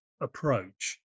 approach